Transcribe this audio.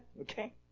okay